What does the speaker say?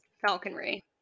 Falconry